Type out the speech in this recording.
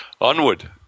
Onward